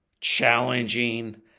challenging